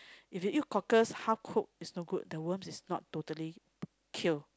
if you eat cockles half cook is no good because the worm is not totally kill